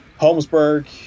Holmesburg